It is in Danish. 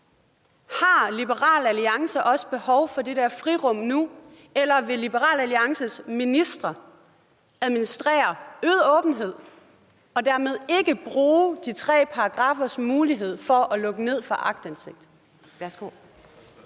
Har Liberal Alliance også behov for det der frirum nu? Eller vil Liberal Alliances ministre administrere øget åbenhed og dermed ikke bruge de tre paragraffers mulighed for at lukke ned for aktindsigt?